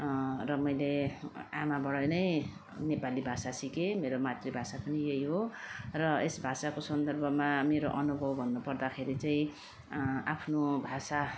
र मैले आमाबाट नै नेपाली भाषा सिकेँ मेरो मातृभाषा पनि यही हो र यस भाषाको सन्दर्भमा मेरो अनुभव भन्नुपर्दाखेरि चाहिँ आफ्नो भाषा